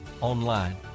online